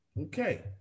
Okay